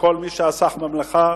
לכל מי שעסק במלאכה,